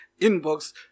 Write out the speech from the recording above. Inbox